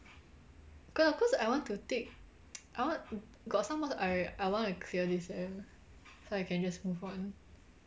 ya cause I want to take I want got some mods I I want to clear this sem so I can just move on